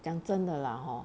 讲真的啦 hor